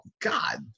God